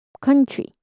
country